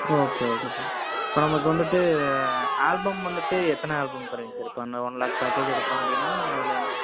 okay okay sir இப்போ நமக்கு வந்துட்டு ஆல்பம் வந்துட்டு எத்தனை ஆல்பம் தருவிங்க சார் இப்போ அந்த ஒன் லேக் பேக்கேஜ் எடுக்கிறோம் அப்படின்னா அதில் என்ன